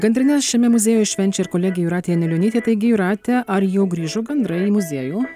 gandrines šiame muziejuje švenčia ir kolegė jūratė anilionytė taigi jūrate ar jau grįžo gandrai į muziejų